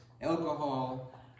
alcohol